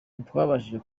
ntitwabashije